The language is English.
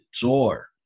door